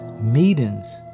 meetings